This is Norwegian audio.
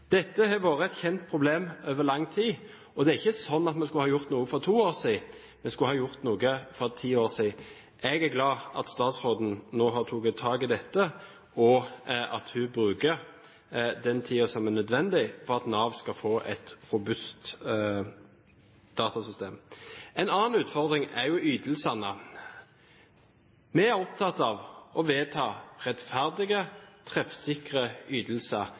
Dette har vært et kjent problem over lang tid, og det er ikke sånn at vi skulle ha gjort noe for to år siden – vi skulle ha gjort noe for ti år siden. Jeg er glad for at statsråden nå har tatt tak i dette, og at hun bruker den tiden som er nødvendig for at Nav skal få et robust datasystem. En annen utfordring er jo ytelsene. Vi er opptatt av å vedta rettferdige, treffsikre ytelser.